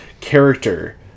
character